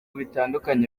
bitandukanye